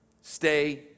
Stay